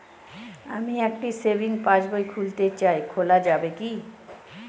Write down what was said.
আমি একটি সেভিংস পাসবই খুলতে চাই খোলা যাবে কি?